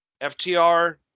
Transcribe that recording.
FTR